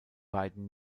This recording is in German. beiden